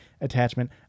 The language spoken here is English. attachment